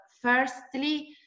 firstly